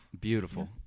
Beautiful